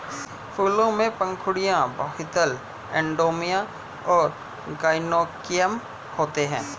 फूलों में पंखुड़ियाँ, बाह्यदल, एंड्रोमियम और गाइनोइकियम होते हैं